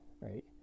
right